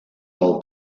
del